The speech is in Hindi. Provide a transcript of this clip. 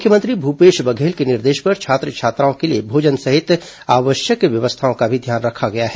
मुख्यमंत्री भूपेश बघले के निर्देश पर छात्र छात्राओं के लिए भोजन सहित आवश्यक व्यवस्थाओं का भी ध्यान रखा गया है